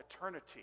eternity